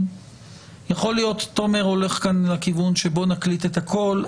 יכול להיות שתומר הולך לכיוון של להקליט את הכל,